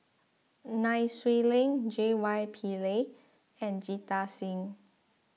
Nai Swee Leng J Y Pillay and Jita Singh